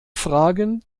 fragen